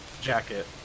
jacket